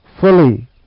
fully